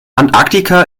antarktika